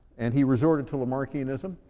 and he resorted to lamarckianism,